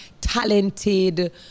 talented